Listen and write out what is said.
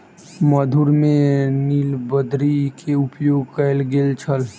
मधुर में नीलबदरी के उपयोग कयल गेल छल